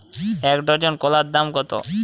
এক ডজন কলার দাম কত?